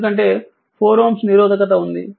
ఎందుకంటే 4 Ω నిరోధకత ఉంది